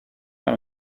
par